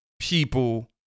people